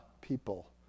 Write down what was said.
people